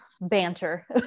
banter